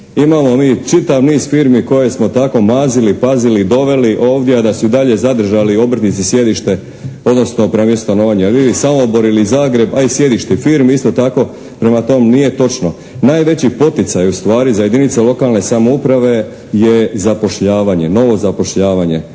Imamo mi čitav niz firmi koje smo tako mazili, pazili i doveli ovdje, a da su i dalje zadržali obrtnici sjedište, odnosno prema mjestu stanovanja jer vi bi Samobor ili Zagreb, a i sjedište firmi isto tako. Prema tome, nije točno. Najveći poticaj ustvari za jedinice lokalne samouprave je zapošljavanje, novo zapošljavanje.